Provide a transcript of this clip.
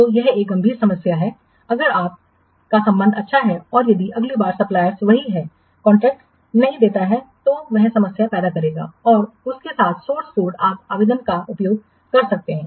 तो यह एक गंभीर समस्या है अगर अब आपका संबंध अच्छा है और यदि अगली बार सप्लायर्स है कॉन्ट्रैक्ट नहीं देता है तो वह समस्या पैदा करेगा और उसके साथ स्रोत कोड आप आवेदन का उपयोग कर रहे हैं